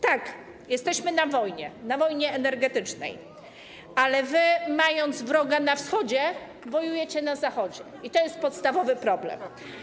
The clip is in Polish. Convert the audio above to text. Tak, jesteśmy na wojnie, na wojnie energetycznej, ale wy, mając wroga na wschodzie, wojujecie na zachodzie, i to jest podstawowy problem.